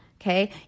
okay